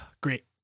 great